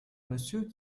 monsieur